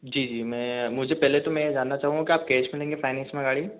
जी जी मैं मुझे पहले तो मैं ये जानना चाहूँगा कि आप कैश में लेंगे फाइनैंस में गाड़ी